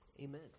Amen